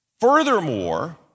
Furthermore